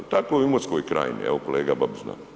Tako je u Imotskoj krajini evo kolega Babić zna.